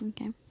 okay